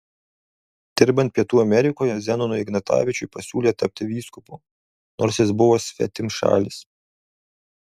dirbant pietų amerikoje zenonui ignatavičiui pasiūlė tapti vyskupu nors jis buvo svetimšalis